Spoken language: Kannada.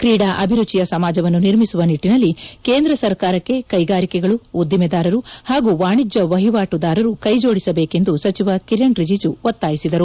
ಕ್ರೀಡಾ ಅಭಿರುಚಿಯ ಸಮಾಜವನ್ನು ನಿರ್ಮಿಸುವ ನಿಟ್ಟಿನಲ್ಲಿ ಕೇಂದ್ರ ಸರ್ಕಾರಕ್ಕೆ ಕೈಗಾರಿಕೆಗಳು ಉದ್ದಿಮೆದಾರರು ಹಾಗೂ ವಾಣಿಜ್ಯ ವಹಿವಾಟುದಾರರು ಕೈಜೋಡಿಸಬೇಕೆಂದು ಸಚಿವ ಕಿರಣ್ ರಿಜಿಜು ಒತ್ತಾಯಿಸಿದರು